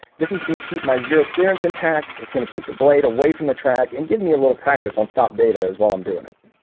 this is gonna keep my zero clearance intact it's gonna keep the blade away from the track and give me a little practice on stop data as while. i'm doing it.